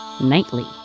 nightly